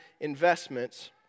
investments